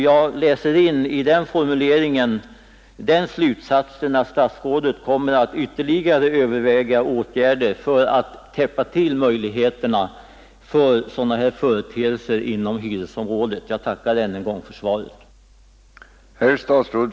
Jag läser in i den formuleringen att statsrådet kommer att ytterligare överväga åtgärder för att täppa möjligheterna för sådana här företeelser inom hyresområdet. Jag tackar ännu en gång för svaret.